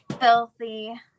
filthy